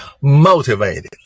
motivated